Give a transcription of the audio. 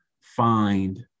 find